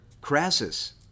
Crassus